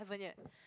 haven't yet